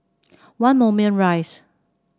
One Moulmein Rise